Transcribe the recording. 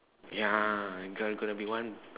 ya g~ gonna be one